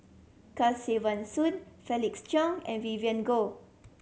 Kesavan Soon Felix Cheong and Vivien Goh